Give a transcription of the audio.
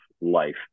life